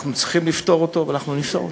אנחנו צריכים לפתור אותו ואנחנו נפתור אותו,